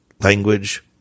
language